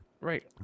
Right